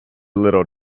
little